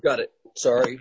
got it sorry